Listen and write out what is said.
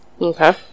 Okay